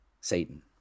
Satan